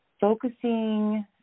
focusing